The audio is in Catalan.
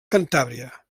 cantàbria